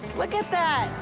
look at that.